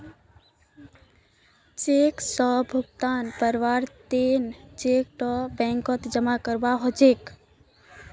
cheque स भुगतान पाबार तने चेक टा बैंकत जमा करवा हछेक